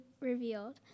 revealed